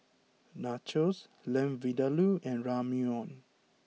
Nachos Lamb Vindaloo and Ramyeon